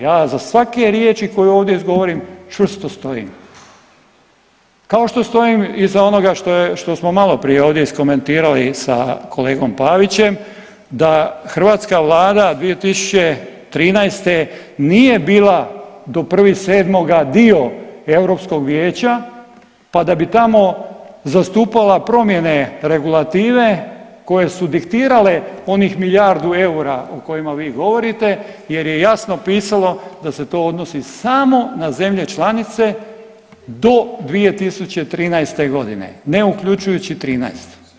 Ja iza svake riječi koju ovdje izgovorim čvrsto stojim kao što stojim i iza onoga što smo malo prije ovdje iskomentirali sa kolegom Pavićem, da hrvatska Vlada 2013. nije bila do 1.7. dio Europskog vijeća, pa da bi tamo zastupala promjene regulative koje su diktirale onih milijardu eura o kojima vi govorite jer je jasno pisalo da se to odnosi samo na zemlje članice do 2013. godine ne uključujući trinaestu.